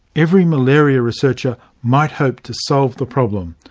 every malaria researcher might hope to solve the problem,